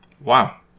Wow